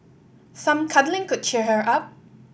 some cuddling could cheer her up